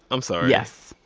i'm sorry yes.